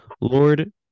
Lord